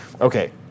Okay